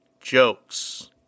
jokes